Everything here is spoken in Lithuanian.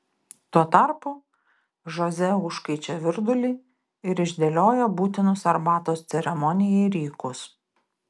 tuo tarpu žoze užkaičia virdulį ir išdėlioja būtinus arbatos ceremonijai rykus